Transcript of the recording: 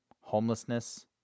homelessness